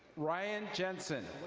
ryan jensen.